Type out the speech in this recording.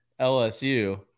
lsu